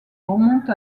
remontent